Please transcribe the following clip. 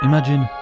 Imagine